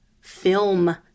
film